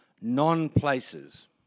Non-Places